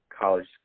college